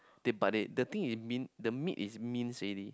they but they the thing is meat the meat is minced already